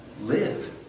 live